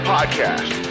Podcast